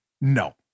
no